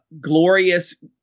glorious